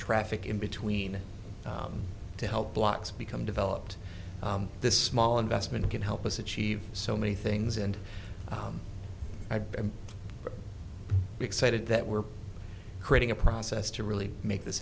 traffic in between to help blocks become developed this small investment can help us achieve so many things and are excited that we're creating a process to really make this